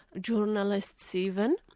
journalists even.